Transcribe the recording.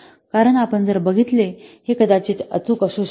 कारण आपण जर बघितले हे कदाचित अचूक असू शकत नाही